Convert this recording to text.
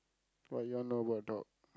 what you all know about dog